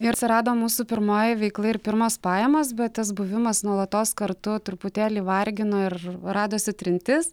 ir atsirado mūsų pirmoji veikla ir pirmos pajamos bet tas buvimas nuolatos kartu truputėlį vargino ir radosi trintis